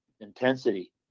intensity